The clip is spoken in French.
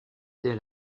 dès